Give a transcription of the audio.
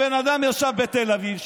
הבן אדם ישב בתל אביב,